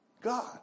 God